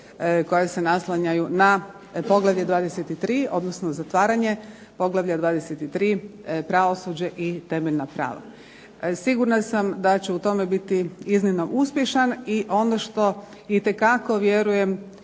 koja se naslanjaju na poglavlje 23. odnosno zatvaranje Poglavlja 23. pravosuđe i temeljna prava. Sigurna sam da će u tome biti iznimno uspješan, i ono što itekako vjerujem